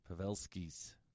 Pavelski's